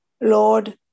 Lord